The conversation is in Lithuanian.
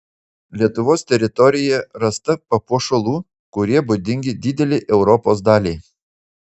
lietuvos teritorijoje rasta papuošalų kurie būdingi didelei europos daliai